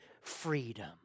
freedom